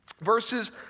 verses